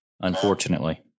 unfortunately